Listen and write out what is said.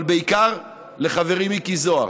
אבל בעיקר לחברי מיקי זוהר.